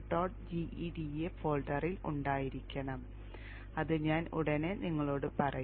gEDA ഫോൾഡറിൽ ഉണ്ടായിരിക്കണം അത് ഞാൻ ഉടൻ നിങ്ങളോട് പറയും